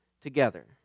together